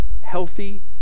healthy